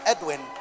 Edwin